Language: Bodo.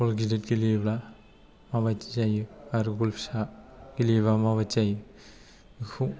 बल गिदिर गेलेयोब्ला मा बायदि जायो आरो बल फिसा गेलेयोबा मा बायदि जायो बेखौ